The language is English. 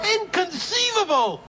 Inconceivable